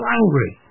angry